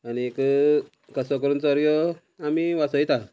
आनीक कसो करून चरयो आमी वाचयता